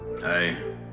Hey